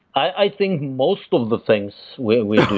i think most of the things we we